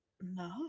No